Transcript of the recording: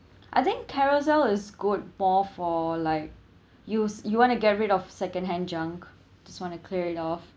I think Carousell is good more for like used you want to get rid of secondhand junk just want to cleared it off